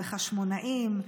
בחשמונאים,